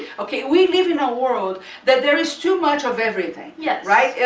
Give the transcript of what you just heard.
okay, we live in a world that there is too much of everything, yeah right?